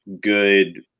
good